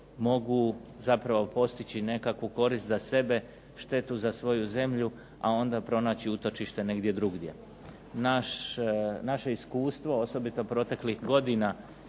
mogu zapravo postići nekakvu korist za sebe, štetu za svoju zemlju, a onda pronaći utočište negdje drugdje. Naše iskustvo, osobito proteklih godina